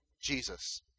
Jesus